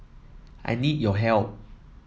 I need your help